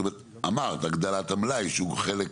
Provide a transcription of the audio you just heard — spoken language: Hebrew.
אמרת, הגדלת המלאי, שהוא חלק